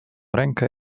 rękę